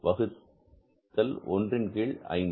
வகுத்தல் ஒன்றின் கீழ் 5